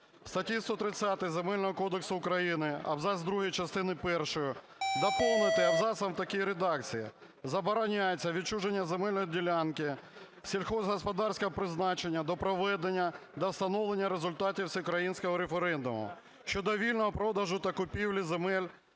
статті 130 Земельного кодексу України абзац другий частини першої доповнити абзацом в такій редакції: "Забороняється відчуження земельної ділянки сільськогосподарського призначення до проведення та встановлення результатів всеукраїнського референдуму щодо вільного продажу та купівлі земель